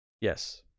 Yes